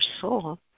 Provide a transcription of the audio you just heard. soul